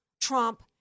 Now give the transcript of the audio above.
Trump